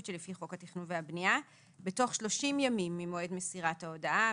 שלפי חוק התכנון והבנייה בתוך 30 ימים ממועד מסירת ההודעה.